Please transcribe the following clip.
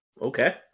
Okay